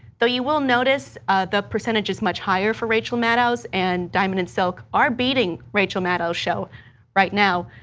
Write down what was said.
though you will notice the percentage is much higher for rachel maddow and diamond and silk are beating rachel maddow show right now,